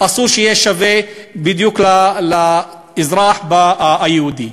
אסור שיהיה שווה בדיוק לאזרח היהודי,